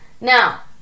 Now